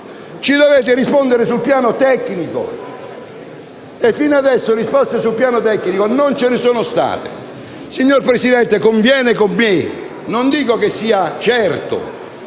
Ci dovete rispondere sul piano tecnico, e fino ad ora risposte sul piano tecnico non ce ne sono state. Signor Presidente, conviene con me - non dico che sia certo,